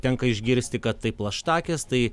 tenka išgirsti kad tai plaštakės tai